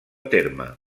terme